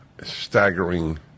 staggering